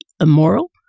immoral